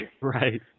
Right